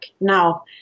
now